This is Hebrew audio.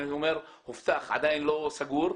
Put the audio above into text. אני אומר הובטח, עדיין לא סגור,